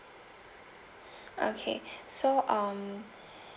okay so um